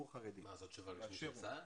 זו התשובה הרשמית של צה"ל?